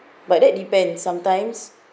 but that depend sometimes